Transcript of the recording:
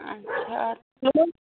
اچھا